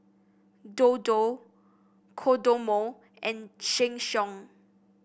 Dodo Kodomo and Sheng Siong